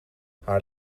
haar